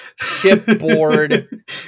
shipboard